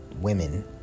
women